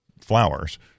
flowers